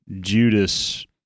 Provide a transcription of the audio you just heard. Judas